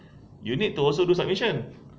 you need to also do submission